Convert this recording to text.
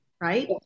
Right